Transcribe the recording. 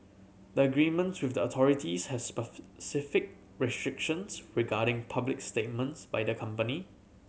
the agreements with the authorities has specific restrictions regarding public statements by the company